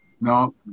No